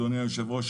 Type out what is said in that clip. אדוני היושב-ראש,